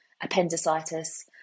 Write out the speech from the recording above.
appendicitis